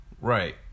right